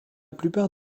plupart